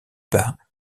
bas